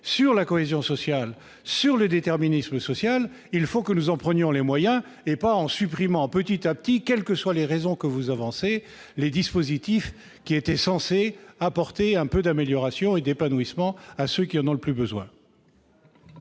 sur la cohésion sociale et sur le déterminisme social, il faut que nous nous en donnions les moyens. Nous n'y parviendrons pas en supprimant petit à petit, quelles que soient les raisons que vous avancez, les dispositifs qui étaient censés apporter un peu d'amélioration et d'épanouissement à ceux qui en ont le plus besoin.